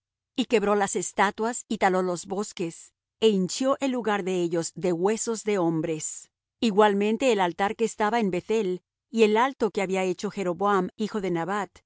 y quebró las estatuas y taló los bosques é hinchió el lugar de ellos de huesos de hombres igualmente el altar que estaba en beth-el y el alto que había hecho jeroboam hijo de nabat